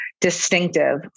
distinctive